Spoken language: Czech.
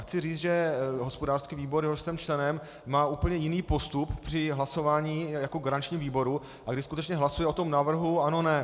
Chci říct, že hospodářský výbor, jehož jsem členem, má úplně jiný postup při hlasování jako v garančním výboru, kdy skutečně hlasuje o tom návrhu ano ne.